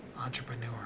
entrepreneur